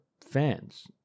fans